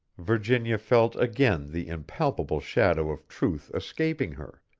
virginia felt again the impalpable shadow of truth escaping her.